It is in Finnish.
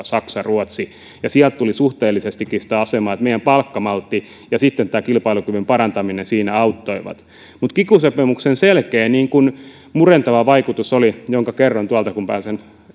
saksa ruotsi ja sieltä tuli suhteellisestikin sitä asemaa että meidän palkkamaltti ja tämä kilpailukyvyn parantaminen siinä auttoivat mutta kiky sopimuksen selkeä murentava vaikutus oli se minkä kerron kun pääsen